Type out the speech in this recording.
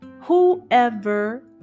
whoever